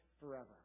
forever